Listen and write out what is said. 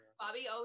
Bobby